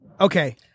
Okay